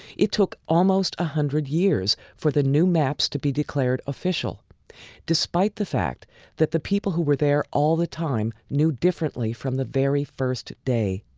it took almost one hundred years for the new maps to be declared official despite the fact that the people who were there all the time knew differently from the very first day.